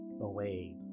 away